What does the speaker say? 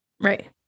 right